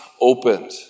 opened